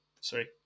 sorry